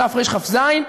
בתרכ"ז,